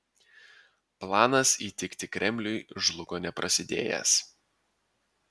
planas įtikti kremliui žlugo neprasidėjęs